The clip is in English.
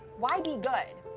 why be good?